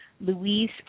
Louise